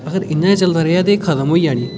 अगर एह् इ'या गै चलदा रेहा तां एह् खत्म होई जानीं